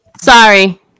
sorry